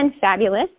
fabulous